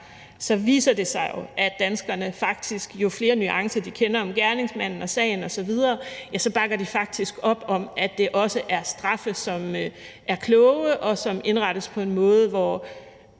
så viser det sig jo, at danskerne faktisk, jo flere nuancer af gerningsmanden og sagen osv. de kender, bakker mere op om, at det også er straffe, som er kloge, og som indrettes på en måde, så